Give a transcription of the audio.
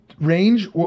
range